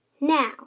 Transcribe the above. Now